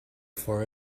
for